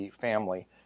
family